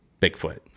bigfoot